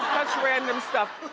random stuff.